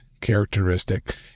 characteristic